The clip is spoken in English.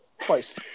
Twice